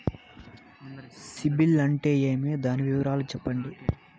సిబిల్ అంటే ఏమి? దాని వివరాలు సెప్పండి?